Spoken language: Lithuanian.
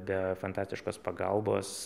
be fantastiškos pagalbos